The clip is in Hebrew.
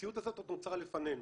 המציאות הזאת נוצרה עוד לפנינו.